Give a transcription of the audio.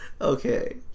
okay